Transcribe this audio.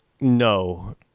No